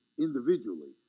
individually